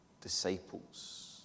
disciples